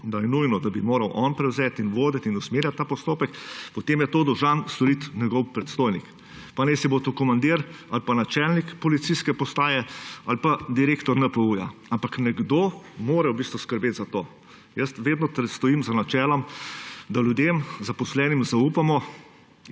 da je nujno, da bi moral on prevzeti in voditi in usmerjati ta postopek, potem je to dolžan storiti njegov predstojnik, pa najsibo to komandir ali pa načelnik policijske postaje ali pa direktor NPU. Ampak nekdo mora v bistvu skrbeti za to. Jaz vedno stojim za načelom, da ljudem zaposlenim zaupamo,